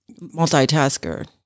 multitasker